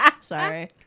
Sorry